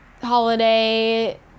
holiday